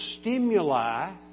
stimuli